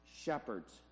shepherds